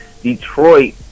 Detroit